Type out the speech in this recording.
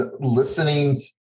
listening